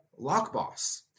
LockBoss